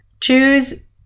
choose